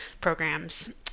programs